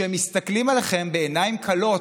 שמסתכלים עליכם בעיניים כלות,